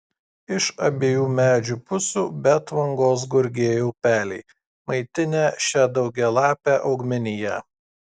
iš abiejų medžių pusių be atvangos gurgėjo upeliai maitinę šią daugialapę augmeniją